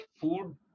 food